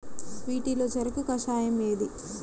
వీటిలో చెరకు కషాయం ఏది?